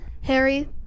Harry